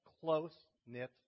close-knit